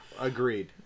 agreed